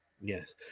yes